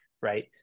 right